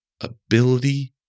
ability